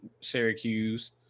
Syracuse